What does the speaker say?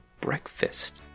breakfast